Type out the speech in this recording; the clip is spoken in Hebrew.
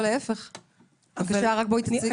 בבקשה גברתי.